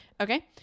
Okay